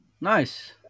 Nice